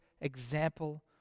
example